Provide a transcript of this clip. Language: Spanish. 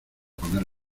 poner